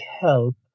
help